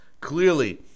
clearly